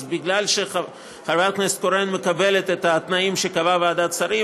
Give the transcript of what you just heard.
אז מכיוון שחברת הכנסת קורן מקבלת את התנאים שקבעה ועדת שרים,